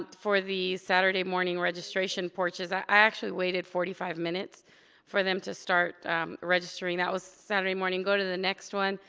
um for the saturday morning registration porches. i actually waited forty five minutes for them to start registering. that was saturday morning, go to the next one.